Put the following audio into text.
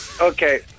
okay